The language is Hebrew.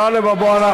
מדינה, טלב אבו עראר.